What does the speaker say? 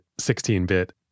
16-bit